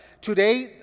Today